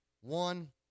One